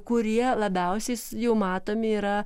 kurie labiausiais jau matomi yra